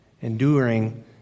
Enduring